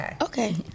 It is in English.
Okay